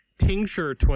Tincture